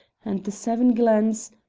and the seven glens,